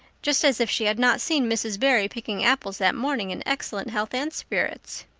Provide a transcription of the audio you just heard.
just as if she had not seen mrs. barry picking apples that morning in excellent health and spirits.